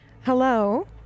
Hello